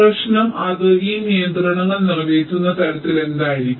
പ്രശ്നം അത് ഈ നിയന്ത്രണങ്ങൾ നിറവേറ്റുന്ന തരത്തിൽ എന്തായിരിക്കും